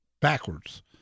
backwards